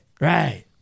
Right